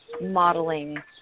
modeling